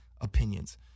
opinions